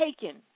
taken